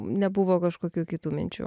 nebuvo kažkokių kitų minčių